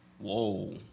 Whoa